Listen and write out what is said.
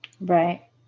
Right